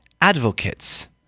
advocates